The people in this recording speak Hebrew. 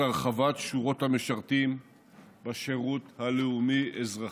הרחבת שורות המשרתים בשירות הלאומי-אזרחי.